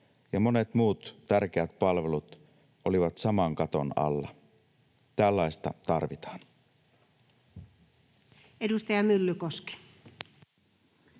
ja monet muut tärkeät palvelut olivat saman katon alla. Tällaista tarvitaan. Edustaja Myllykoski.